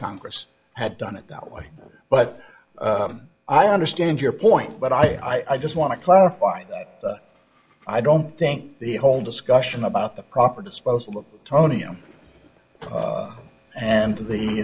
congress had done it that way but i understand your point but i just want to clarify i don't think the whole discussion about the proper disposal of tonia and the